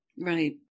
Right